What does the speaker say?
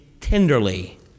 tenderly